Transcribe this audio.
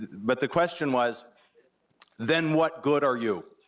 but the question was then what good are you?